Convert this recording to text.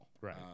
Right